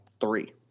three